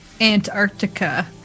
Antarctica